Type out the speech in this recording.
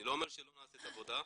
אני לא אומר שלא נעשית עבודה.